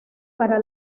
para